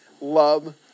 Love